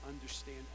understand